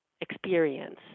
experience